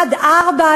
עד 16:00?